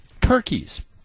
turkeys